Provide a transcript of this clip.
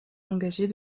engagés